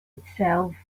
itself